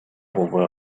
болбой